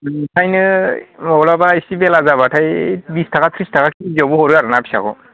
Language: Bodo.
ओंखायनो मब्लाबा एसे बेला जाब्लाथाय बिस थाखा त्रिस थाखा केजियावबो हरो आरो ना फिसाखौ